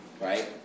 right